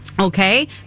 Okay